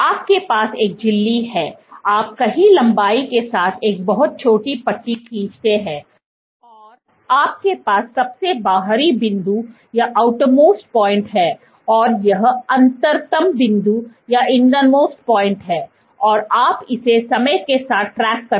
आपके पास एक झिल्ली है आप कहीं लंबाई के साथ एक बहुत छोटी पट्टी खींचते हैं और आपके पास सबसे बाहरी बिंदु है और यह अंतरतम बिंदु है और आप इसे समय के साथ ट्रैक करते हैं